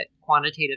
quantitative